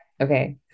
Okay